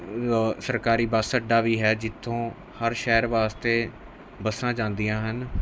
ਸਰਕਾਰੀ ਬੱਸ ਅੱਡਾ ਵੀ ਹੈ ਜਿੱਥੋਂ ਹਰ ਸ਼ਹਿਰ ਵਾਸਤੇ ਬੱਸਾਂ ਜਾਂਦੀਆਂ ਹਨ